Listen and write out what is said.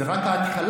זה רק ההתחלה.